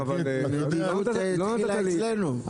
סגן שרת התחבורה והבטיחות בדרכים אורי מקלב: בסדר,